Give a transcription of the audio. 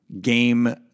game